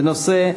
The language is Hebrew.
בנושא: